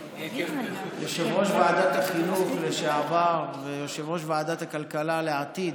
יושב-ראש ועדת החינוך לשעבר ויושב-ראש ועדת הכלכלה לעתיד,